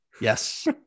Yes